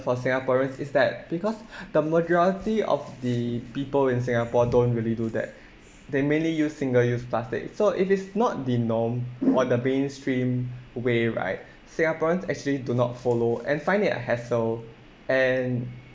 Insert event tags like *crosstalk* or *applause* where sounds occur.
for singaporeans is that because *breath* the majority of the people in singapore don't really do that they mainly use single use plastic so if it's not the norm on the mainstream way right singaporeans actually do not follow and find it a hassle and